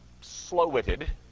slow-witted